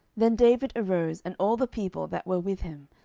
then david arose, and all the people that were with him,